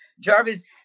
Jarvis